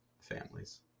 families